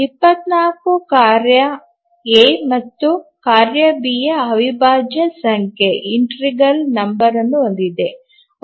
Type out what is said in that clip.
24 ಕಾರ್ಯ ಎ ಮತ್ತು ಕಾರ್ಯ ಬಿ ಯ ಅವಿಭಾಜ್ಯ ಸಂಖ್ಯೆಯನ್ನು ಹೊಂದಿದೆ